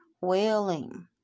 wailing